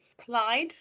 Clyde